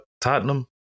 Tottenham